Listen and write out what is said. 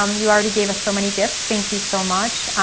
um you already gave us so many gifts. thank you so much.